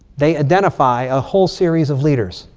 they identify a whole series of leaders.